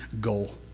goal